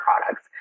products